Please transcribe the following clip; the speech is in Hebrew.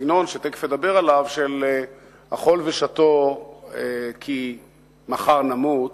בסגנון שתיכף אדבר עליו של "אכול ושתה כי מחר נמות".